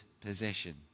possession